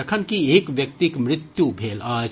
जखनकि एक व्यक्तिक मृत्यु भेल अछि